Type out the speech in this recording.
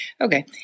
Okay